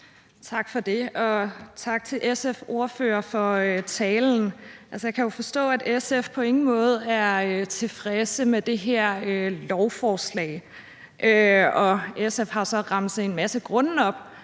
Tak for det, og tak til SF's ordfører for talen. Jeg kan jo forstå, at SF på ingen måde er tilfredse med det her lovforslag. SF har så remset en masse grunde op,